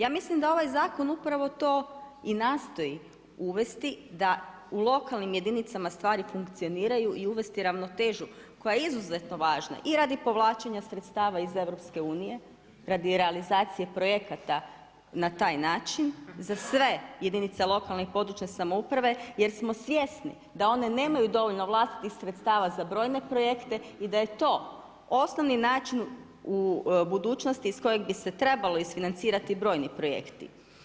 Ja mislim da ovaj zakon upravo to i nastoji uvesti da u lokalnim jedinicama stvari funkcioniraju i uvesti ravnotežu koja je izuzetno važna i radi povlačenja sredstava iz EU, radi realizacije projekata na taj način, za sve jedinice lokalne i područne samouprave jer smo svjesni da one nemaju dovoljno vlastitih sredstava za brojne projekte i da je to osnovni način u budućnosti iz kojeg bi se trebalo isfinancirati brojni projekti.